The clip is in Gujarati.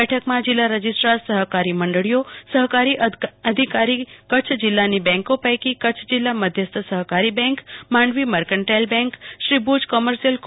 બેઠકમાં જિલ્લા રજીસ્ટ્રાર સહકારી મંડળીઓ સહકારી અધિકારી ગ્રાહક કચ્છ જિલ્લાની બેંકો પૈકી કચ્છ જિલ્લા મધ્યસ્થ સહકારી bank Mandvi mercantile bank Shri Bhuj commercial કો